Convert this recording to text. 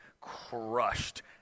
crushed